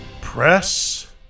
Press